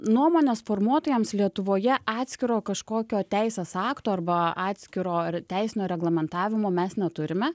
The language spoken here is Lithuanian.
nuomonės formuotojams lietuvoje atskiro kažkokio teisės akto arba atskiro teisinio reglamentavimo mes neturime